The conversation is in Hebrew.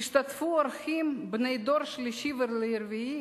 השתתפו אורחים בני הדור השלישי והרביעי